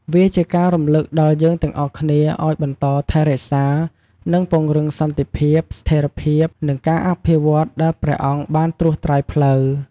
វាជាការរំលឹកដល់យើងទាំងអស់គ្នាឱ្យបន្តថែរក្សា និងពង្រឹងសន្តិភាព ស្ថេរភាព និងការអភិវឌ្ឍន៍ដែលព្រះអង្គបានត្រួសត្រាយផ្លូវ។